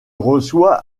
reçoit